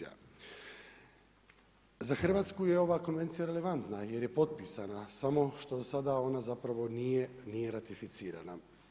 Za Hrvatsku je ova konvencija relevantna jer je potpisana samo što sada ona zapravo nije ratificirana.